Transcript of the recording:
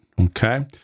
Okay